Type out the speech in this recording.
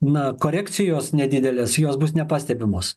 na korekcijos nedidelės jos bus nepastebimos